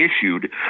issued